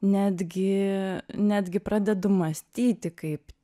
netgi netgi pradedu mąstyti kaip